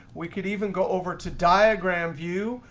we could even go over to diagram view,